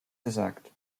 gesagt